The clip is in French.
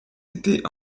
étaient